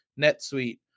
NetSuite